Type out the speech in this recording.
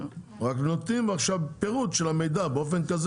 רק נותנים עכשיו פירוט של המידע באופן כזה